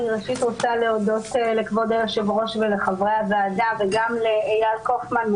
אני ראשית רוצה להודות לכבוד היושב-ראש ולחברי הוועדה וגם לאיל קופמן,